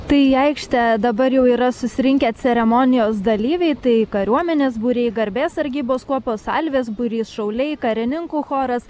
tai į aikštę dabar jau yra susirinkę ceremonijos dalyviai tai kariuomenės būriai garbės sargybos kuopos salvės būrys šauliai karininkų choras